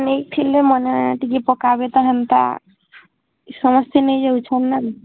ନେଇଥିଲେ ମାନେ ଟିକେ ପକାବେ ତ ହେନ୍ତା ଇ ସମସ୍ତେ ନେଇ ଯାଉଛନ୍ ନା